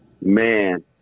man